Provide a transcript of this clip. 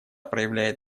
проявляет